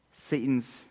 Satan's